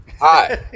hi